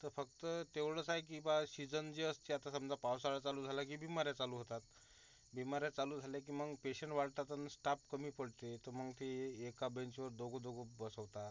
तं फक्त तेवळंस आय की बा सीजन जे असते आता समजा पावसाळा चालू झाला की बीमाऱ्या चालू होतात बीमाऱ्या चालू झाल्या की मंग पेशंट वाडतात आनि स्टाप कमी पडतोय तं मंग ते येका बेंचवर दोगं दोगं बसवतात